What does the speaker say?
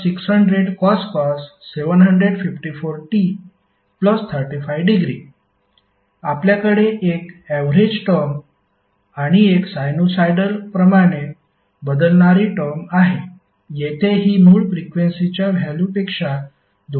2600cos 754t35° आपल्याकडे एक average term आणि एक साइनुसॉईडलप्रमाणे बदलणारी टर्म आहे येथे ही मूळ फ्रिक्वेन्सीच्या व्हॅल्युपेक्षा दुप्पट असेल